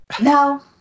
No